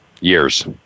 years